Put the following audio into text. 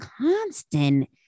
constant